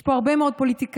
יש פה הרבה מאוד פוליטיקאים,